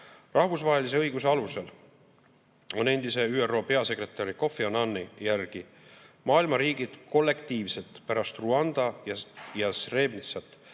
Rahvusvahelise õiguse alusel on endise ÜRO peasekretäri Kofi Annani järgi maailma riigid kollektiivselt pärast Rwandat ja Srebrenicat